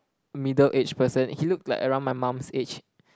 middle age person he looked like around my mom's age